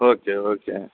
okay okay